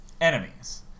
enemies